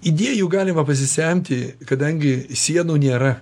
idėjų galima pasisemti kadangi sienų nėra